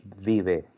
vive